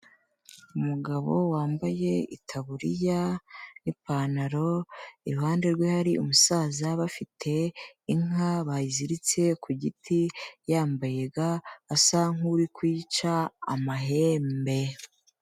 Umugabo wambaye itaburiya n'ipantaro, iruhande rwe hari umusaza, bafite inka bayiziritse ku giti, yambaye ga, asa nk'uri kuyica amahembe.